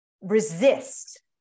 resist